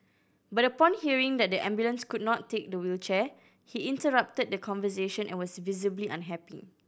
but upon hearing that the ambulance could not take the wheelchair he interrupted the conversation and was visibly unhappy